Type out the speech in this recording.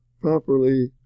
properly